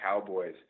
Cowboys